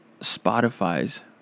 Spotify's